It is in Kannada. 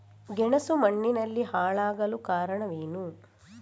ಗೆಣಸು ಮಣ್ಣಿನಲ್ಲಿ ಹಾಳಾಗಲು ಕಾರಣವೇನು?